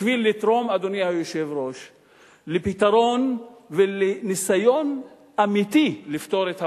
בשביל לתרום לפתרון ולניסיון אמיתי לפתור את הבעיה,